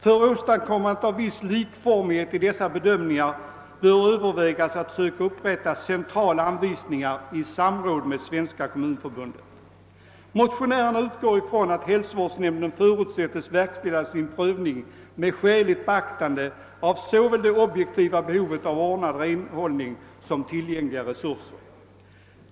För åstadkommande av viss likformighet i dessa bedömningar bör övervägas att söka upprätta centrala anvisningar i samråd med Svenska kommunförbundet. Vi motionärer utgår från att hälsovårdsnämnden förutsätts verkställa sin prövning med skäligt beaktande av såväl det objektiva behovet av ordnad renhållning som tillgängliga resurser.